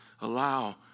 allow